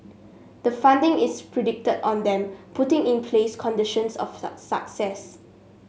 the funding is predicated on them putting in place conditions of success